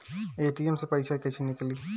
ATM से पइसा कइसे निकली?